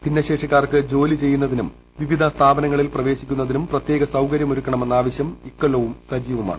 ഭിന്നശേഷിക്കാർക്ക് ജോലി ചെയ്യുന്നതിനും വിവിധ സ്ഥാപനങ്ങളിൽ പ്രവേശിക്കുന്നതിനും പ്രത്യേക സൌകര്യം ഒരുക്കണമെന്ന ആവശ്യം ഇക്കൊല്ലവും സജീവമാണ്